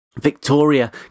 Victoria